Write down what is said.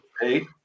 Hey